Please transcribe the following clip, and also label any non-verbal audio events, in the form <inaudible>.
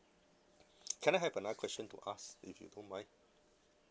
<noise> can I have another question to ask if you don't mind